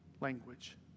language